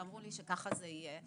ואמרו לי שככה זה יהיה,